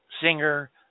singer